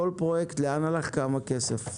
כל פרויקט לאן הלך וכמה כסף,